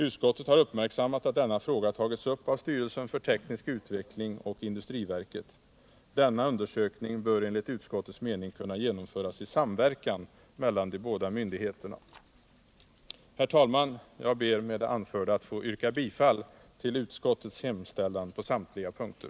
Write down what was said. Utskottet har uppmärksammat att denna fråga tagits upp av styrelsen för teknisk utveckling och industriverket. Denna undersökning bör enligt utskottets mening kunna genomföras i samverkan mellan de båda myndigheterna. Herr talman! Jag ber med det anförda att få yrka bifall till utskottets hemställan på samtliga punkter.